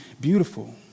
beautiful